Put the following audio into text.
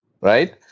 right